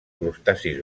crustacis